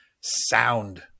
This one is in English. sound